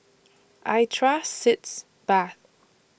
I Trust Sitz Bath